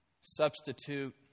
substitute